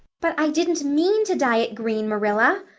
but i didn't mean to dye it green, marilla,